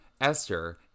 Esther